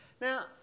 Now